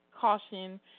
caution